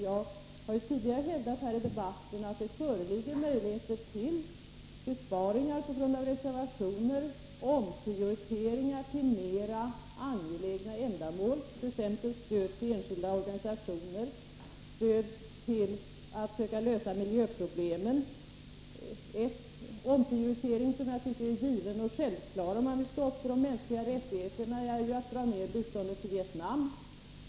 Jag har tidigare hävdat här i debatten att det finns möjligheter till besparingar på grund av reservationer och omprioriteringar till mera angelägna ändamål, t.ex. stöd till enskilda organisationer och stöd till att lösa miljöproblemen. En omprioritering som jag tycker är given och självklar, om man vill stå upp för de mänskliga rättigheterna, är att dra ner biståndet till Vietnam.